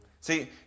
See